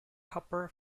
copper